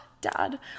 dad